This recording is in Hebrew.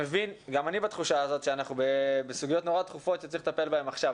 גם אני בתחושה הזאת שאנחנו בסוגיות נורא דחופות שצריך לטפל בהן עכשיו,